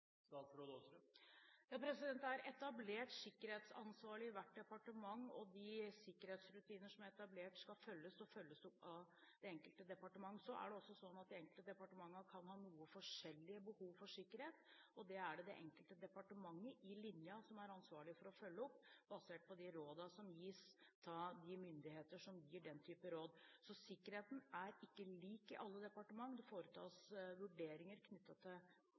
Det er etablert sikkerhetsansvarlig i hvert departement, og de sikkerhetsrutiner som er etablert, skal følges og følges opp av det enkelte departement. Så er det også sånn at de enkelte departementene kan ha noe forskjellige behov for sikkerhet, og det er det det enkelte departementet i linjen som er ansvarlig for å følge opp, basert på de rådene som gis av de myndighetene som gir den type råd. Så sikkerheten er ikke lik i alle departementene. Det foretas vurderinger knyttet til